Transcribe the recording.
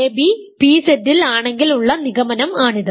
ab p z ൽ ആണെങ്കിൽ ഉള്ള നിഗമനം ആണിത്